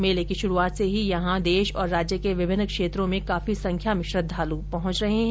मेले की शुरूआत से ही यहां देश और राज्य के विभिन्न क्षेत्रों से काफी संख्या में श्रद्धालू पहुंच रहे हैं